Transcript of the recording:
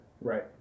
Right